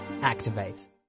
activate